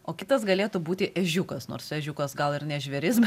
o kitas galėtų būti ežiukas nors ežiukas gal ir ne žvėris